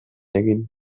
egin